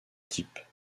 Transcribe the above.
types